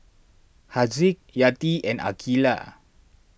Haziq Yati and Aqeelah